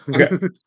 Okay